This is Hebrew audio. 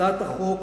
הצעת החוק